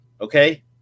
okay